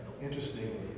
Interestingly